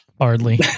Hardly